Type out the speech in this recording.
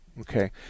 Okay